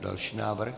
Další návrh.